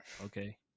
okay